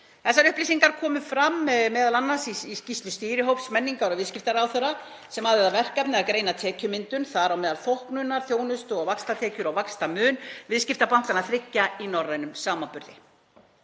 Þessar upplýsingar komu m.a. fram í skýrslu starfshóps menningar- og viðskiptaráðherra, sem hafði það verkefni að greina tekjumyndun, þar á meðal þóknanir, þjónustu- og vaxtatekjur og vaxtamun, viðskiptabankanna þriggja í norrænum samanburði.